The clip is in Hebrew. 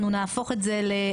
אנחנו נהפוך את זה לחיובי,